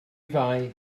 fai